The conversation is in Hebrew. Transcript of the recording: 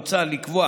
מוצע לקבוע